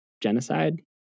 genocide